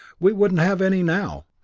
we wouldn't have any now.